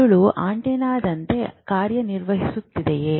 ಮೆದುಳು ಆಂಟೆನಾದಂತೆ ಕಾರ್ಯನಿರ್ವಹಿಸುತ್ತದೆಯೇ